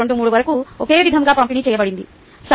23 వరకు ఒకే విధంగా పంపిణీ చేయబడింది